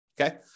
Okay